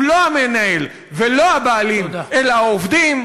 הוא לא המנהל ולא הבעלים אלא העובדים?